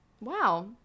Wow